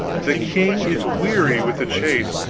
the king is weary with the chase,